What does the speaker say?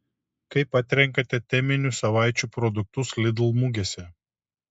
kaip atrenkate teminių savaičių produktus lidl mugėse